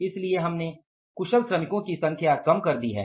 इसलिए हमने कुशल श्रमिकों की संख्या कम कर दी है